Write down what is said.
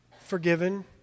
forgiven